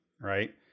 right